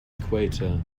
equator